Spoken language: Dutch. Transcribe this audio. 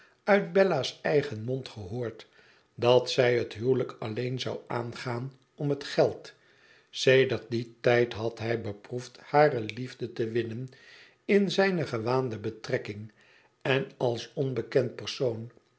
uit bella's eigen mond gehoord dat zij het huwelijk alleen zou aangaan om het geld sedert dien tijd had hij beproefd hare liefde te winnen in zijne gewaande betrekking en als onbekend persoon